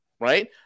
right